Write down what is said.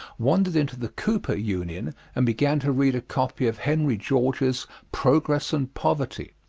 wandered into the cooper union and began to read a copy of henry george's progress and poverty.